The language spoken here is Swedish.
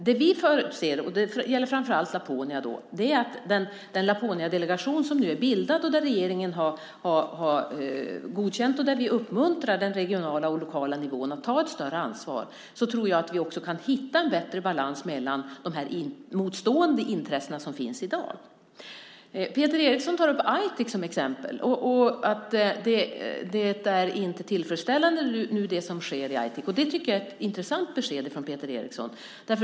Det vi förutser, vilket gäller framför allt Laponia, är att vi genom den Laponiadelegation som är bildad och godkänd av regeringen, och där vi uppmuntrar den regionala och lokala nivån att ta ett större ansvar, ska hitta en bättre balans mellan de motstående intressen som finns i dag. Peter Eriksson tar upp Aitik som exempel och att det som nu sker i Aitik inte är tillfredsställande. Det är ett intressant besked från Peter Eriksson.